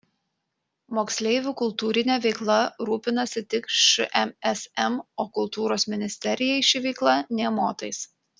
moksleivių kultūrine veikla rūpinasi tik šmsm o kultūros ministerijai ši veikla nė motais